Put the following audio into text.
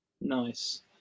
nice